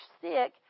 sick